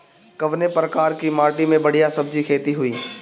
कवने प्रकार की माटी में बढ़िया सब्जी खेती हुई?